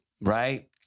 right